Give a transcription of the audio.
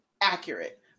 Accurate